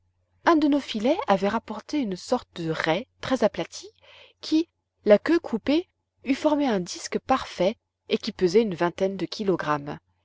un de nos filets avait rapporté une sorte de raie très aplatie qui la queue coupée eût formé un disque parfait et qui pesait une vingtaine de kilogrammes